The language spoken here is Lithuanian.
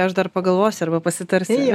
aš dar pagalvosiu arba pasitarsiu